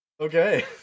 Okay